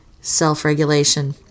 self-regulation